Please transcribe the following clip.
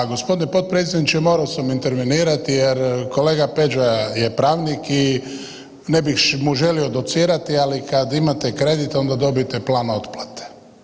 Pa gospodine potpredsjedniče morao sam intervenirati jer kolega Peđa je pravnik i ne bih mu želio docirati, ali kad imate kredit onda dobijete plan otplate.